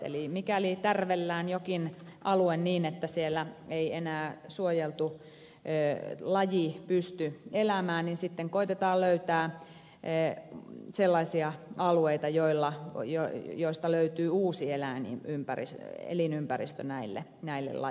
eli mikäli tärvellään jokin alue niin että siellä ei enää suojeltu laji pysty elämään niin sitten koetetaan löytää sellaisia alueita joilta löytyy uusi elinympäristö näille lajeille